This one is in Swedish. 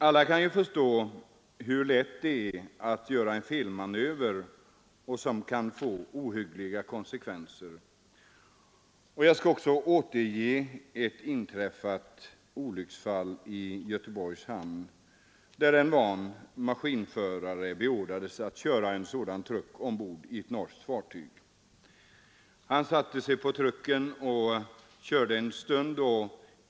Alla kan förstå hur lätt det är att göra en felmanöver som kan få ohyggliga konsekvenser. Jag skall återge ett olycksfall som inträffat i Göteborgs hamn. En van maskinförare beordrades att köra en sådan truck ombord på ett norskt fartyg. Han satte sig på trucken och körde en stund.